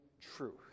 truth